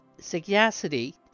sagacity